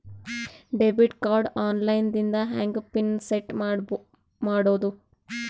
Debit card online ದಿಂದ ಹೆಂಗ್ pin set ಮಾಡೋದು?